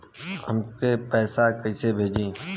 हमके पैसा कइसे भेजी?